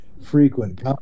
frequent